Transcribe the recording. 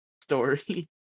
story